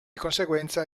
conseguenza